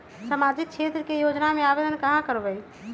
सामाजिक क्षेत्र के योजना में आवेदन कहाँ करवे?